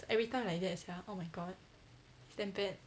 every time like that sia oh my god it's damn bad